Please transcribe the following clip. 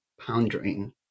pondering